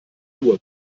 uhr